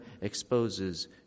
exposes